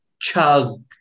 chug